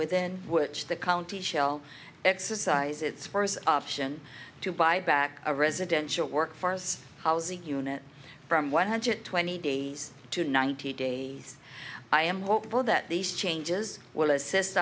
within which the county shell exercise its first option to buy back a residential workforce housing unit from one hundred twenty days to ninety days i am hopeful that these changes will assist